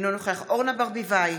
אינו נוכח אורנה ברביבאי,